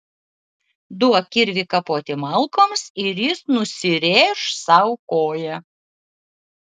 duok kirvį kapoti malkoms ir jis nusirėš sau koją